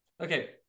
okay